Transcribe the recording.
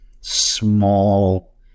small